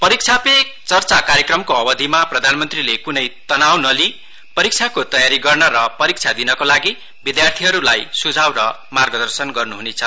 परीक्षा पे चर्चा कार्यक्रमको अवधिमा प्रधानमन्त्रीले कुनै तनाउ निलिई परीक्षाको तयारी गर्न र परीक्षा दिनकोलागि विद्यार्थीहरूलाई सुझाउ र मार्गदर्शन गर्नुहुनेछ